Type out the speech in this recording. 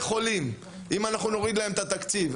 החולים אם אנחנו מורידים להם את התקציב.